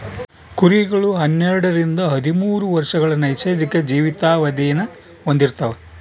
ಕುರಿಗಳು ಹನ್ನೆರಡರಿಂದ ಹದಿಮೂರು ವರ್ಷಗಳ ನೈಸರ್ಗಿಕ ಜೀವಿತಾವಧಿನ ಹೊಂದಿರ್ತವ